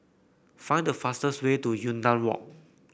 find the fastest way to Yunnan Walk